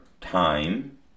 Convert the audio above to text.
time